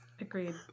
Agreed